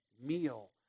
meal